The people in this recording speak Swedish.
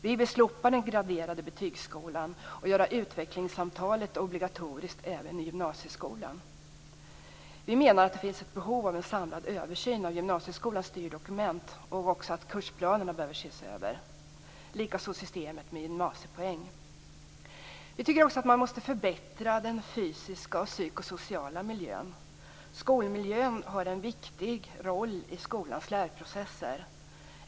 Vi vill slopa de graderade betygen i skolan och vill göra utvecklingssamtalet obligatoriskt även i gymnasieskolan. Vi menar att det finns ett behov av en samlad översyn av gymnasieskolans styrdokument och att även kursplanerna behöver ses över, liksom systemet med gymnasiepoäng. Vi tycker också att man måste förbättra den fysiska och psykosociala miljön. Skolmiljön har en viktig roll i skolans lärprocesser.